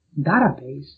database